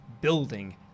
building